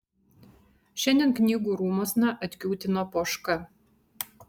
šiandien knygų rūmuosna atkiūtino poška